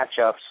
matchups